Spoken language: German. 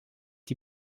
die